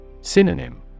Synonym